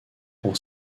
prend